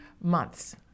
months